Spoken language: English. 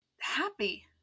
happy